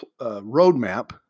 roadmap